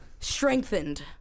Strengthened